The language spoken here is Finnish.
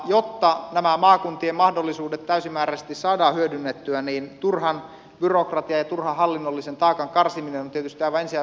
jotta nämä maakuntien mahdollisuudet täysimääräisesti saadaan hyödynnettyä niin turhan byrokratian ja turhan hallinnollisen taakan karsiminen on tietysti aivan ensiarvoisen tärkeää